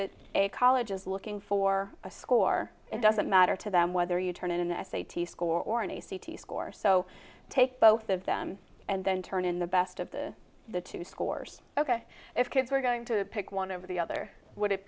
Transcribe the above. it's a college is looking for a score it doesn't matter to them whether you turn in an essay to score or any c t score so take both of them and then turn in the best of the the two scores ok if kids are going to pick one over the other would it